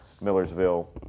Millersville